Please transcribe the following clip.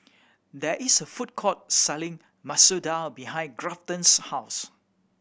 there is a food court selling Masoor Dal behind Grafton's house